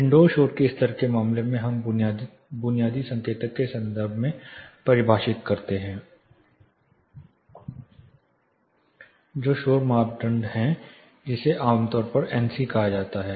indoor शोर के स्तर के मामले में हम बुनियादी संकेतक के संदर्भ में परिभाषित करते हैं जो शोर मानदंड है जिसे आमतौर पर एनसी कहा जाता है